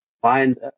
find